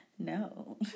No